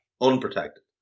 unprotected